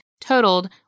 totaled